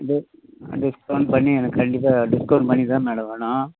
discount பண்ணி எனக்கு கண்டிப்பாக டிஸ்கவுண்ட் பண்ணி தான் மேடம் வேணும்